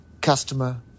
customer